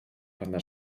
pana